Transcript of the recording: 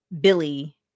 Billy